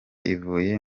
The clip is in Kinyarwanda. ivuye